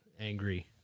Angry